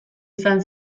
izan